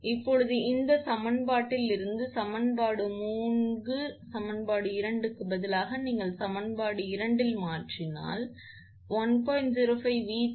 இப்போது இந்த சமன்பாட்டில் இருந்து சமன்பாடு 3 இலிருந்து இந்த சமன்பாடு 2 க்கு பதிலாக நீங்கள் சமன்பாடு இரண்டில் மாற்றினால் 1